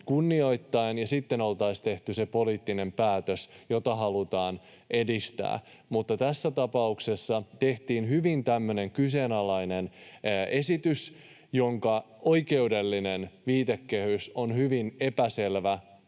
kunnioittaen, ja sitten oltaisiin tehty se poliittinen päätös, jota halutaan edistää. Tässä tapauksessa tehtiin tämmöinen hyvin kyseenalainen esitys, jonka oikeudellinen viitekehys on hyvin epäselvä,